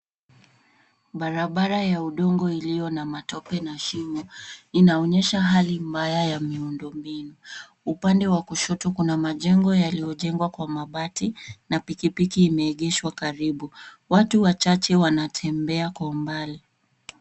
Barabara ya udongo iliyo na matope na shimo inaonyesha hali mbaya ya miundo mbinu. Upande wa kushoto kuna majengo yaliyojengwa kwa mabati na pikipiki imeegeshwa karibu. Watu wachache wanatembea kwa umbali.